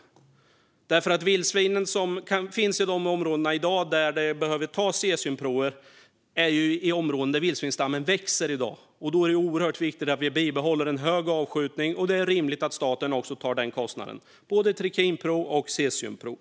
Detta därför att vildsvinsstammen i dag växer i de områden där cesiumprover behöver tas. Därmed är det oerhört viktigt att vi bibehåller hög avskjutning, och det är rimligt att staten tar kostnaden för både trikinprov och cesiumprov.